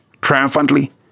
triumphantly